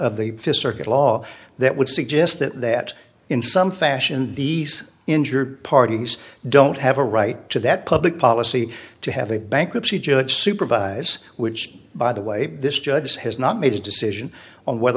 of the fist circuit law that would suggest that that in some fashion these injured parties don't have a right to that public policy to have a bankruptcy judge supervise which by the way this judge has not made a decision on whether